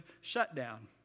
shutdown